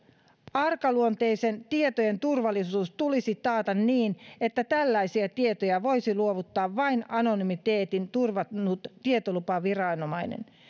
arkaluonteisten tietojen turvallisuus tulisi taata niin että tällaisia tietoja voisi luovuttaa vain anonymiteetin turvannut tietolupaviranomainen